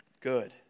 good